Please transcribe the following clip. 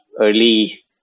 early